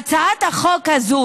שהצעת החוק הזאת,